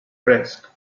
fresc